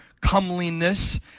comeliness